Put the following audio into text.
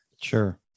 Sure